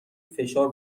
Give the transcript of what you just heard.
فشار